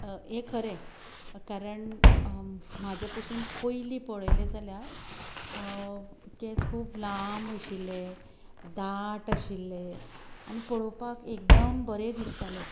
हे खरे कारण म्हाजे पसून पयलीं पळयलें जाल्यार केंस खूब लांब आशिल्ले दाट आशिल्ले आनी पळोवपाक एकदम बरें दिसताले